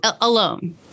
Alone